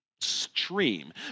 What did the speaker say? Stream